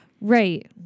Right